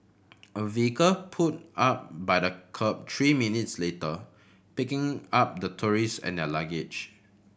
a vehicle pulled up by the kerb three minutes later picking up the tourist and their luggage